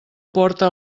porta